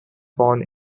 born